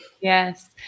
Yes